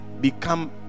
become